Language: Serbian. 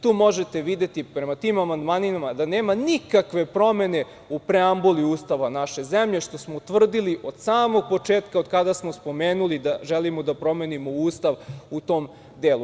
Tu možete videti, prema tim amandmanima, da nema nikakve promene u preambuli Ustava naše zemlje, što smo utvrdili od samog početka od kada smo spomenuli da želimo da promenimo Ustav u tom delu.